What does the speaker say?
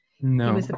No